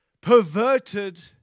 perverted